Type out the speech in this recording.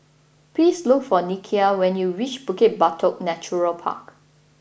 please look for Nikia when you reach Bukit Batok Natural Park